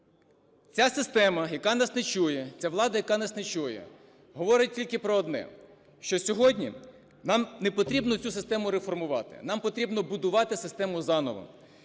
ця система, яка нас не чує, ця влада, яка нас не чує, говорить тільки про одне: що сьогодні нам не потрібно цю систему реформувати, нам потрібно будувати систему заново.